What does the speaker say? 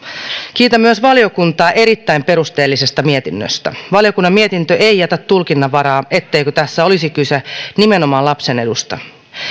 kiitän myös valiokuntaa erittäin perusteellisesta mietinnöstä valiokunnan mietintö ei jätä tulkinnanvaraa etteikö tässä olisi kyse nimenomaan lapsen edusta